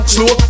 Slow